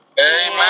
Amen